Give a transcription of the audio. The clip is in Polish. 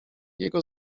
jego